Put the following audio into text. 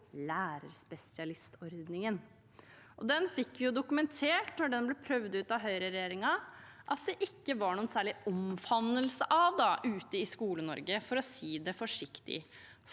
lærerspesialistordningen. Den fikk vi dokumentert, da den ble prøvd ut av høyreregjeringen, at det ikke var noen særlig omfavnelse av ute i Skole-Norge, for å si det forsiktig.